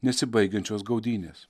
nesibaigiančios gaudynės